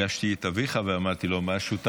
פגשתי את אביך ואמרתי לו משהו.